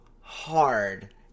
hard